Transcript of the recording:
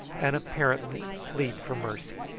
and apparently plead for mercy.